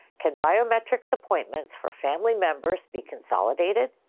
can biometrics appointments for family members be consolidated?